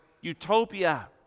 utopia